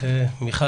נכון,